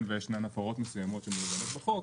וישנן הפרות מסוימות מהוגנות בחוק א